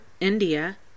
india